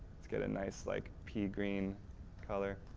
let's get a nice like pea-green color.